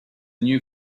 new